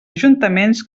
ajuntaments